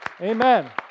Amen